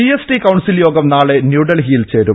GST council യോഗം നാളെ ന്യൂഡൽഹിയിൽ ചേരും